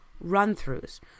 run-throughs